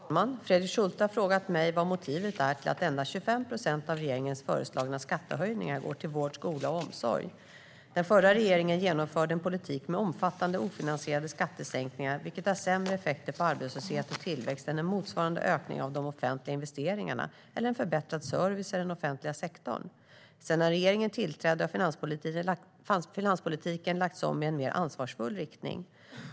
Fru talman! Fredrik Schulte har frågat mig vad motivet är till att endast 25 procent av regeringens föreslagna skattehöjningar går till vård, skola och omsorg. Den förra regeringen genomförde en politik med omfattande ofinansierade skattesänkningar, vilket har sämre effekter på arbetslöshet och tillväxt än en motsvarande ökning av de offentliga investeringarna eller en förbättrad service i den offentliga sektorn. Sedan regeringen tillträdde har finanspolitiken lagts om i en mer ansvarsfull riktning.